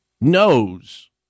knows